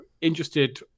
interested